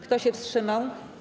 Kto się wstrzymał?